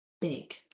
big